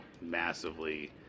massively